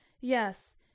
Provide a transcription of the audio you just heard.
yes